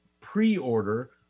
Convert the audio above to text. pre-order